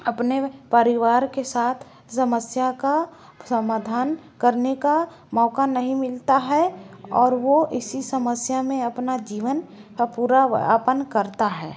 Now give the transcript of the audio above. अपने परिवार के साथ समस्या का समाधान करने का मौका नहीं मिलता है और वह इसी समस्या में अपना जीवन का पूरा व अपन करता है